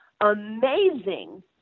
amazing